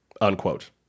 unquote